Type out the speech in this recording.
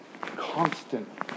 constant